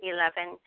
Eleven